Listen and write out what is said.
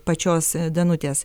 pačios danutės